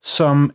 som